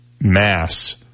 Mass